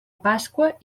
pasqua